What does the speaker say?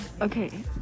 okay